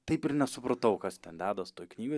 taip ir nesupratau kas ten dedas toj knygoj